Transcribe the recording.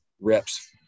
reps